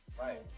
Right